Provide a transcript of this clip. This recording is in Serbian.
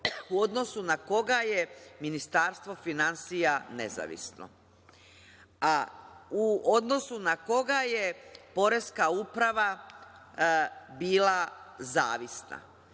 u odnosu na koga je Ministarstvo finansija nezavisno, a u odnosu na koga je poreska uprava bila zavisna.